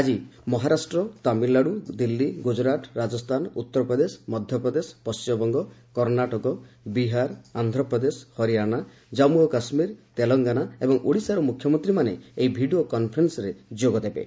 ଆଜି ମହାରାଷ୍ଟ୍ର ତାମିଲନାଡୁ ଦିଲ୍ଲୀ ଗୁଜରାଟ ରାଜସ୍ଥାନ ଉତ୍ତରପ୍ରଦେଶ ମଧ୍ଧ ପ୍ରଦେଶ ପଣ୍ଟିମବଙ୍ଗ କର୍ଷାଟକ ବିହାର ଆନ୍ଧ୍ରପ୍ରଦେଶ ହରିୟାଣା କାମ୍ମୁ ଓ କାଶ୍ଲୀର ତେଲଙ୍ଙାନା ଏବଂ ଓଡିଶାର ମୁଖ୍ୟମନ୍ତୀମାନେ ଏହି ଭିଡିଓ କନଫରେନ୍ବରେ ଯୋଗଦେବେ